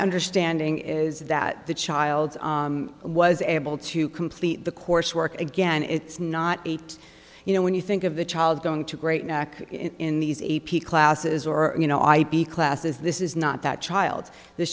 understanding is that the child was able to complete the course work again it's not eight you know when you think of the child going to great neck in these a p classes or you know ip classes this is not that child th